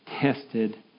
tested